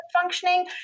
functioning